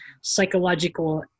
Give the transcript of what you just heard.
psychological